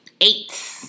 Eight